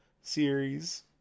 series